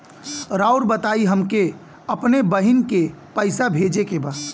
राउर बताई हमके अपने बहिन के पैसा भेजे के बा?